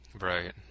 Right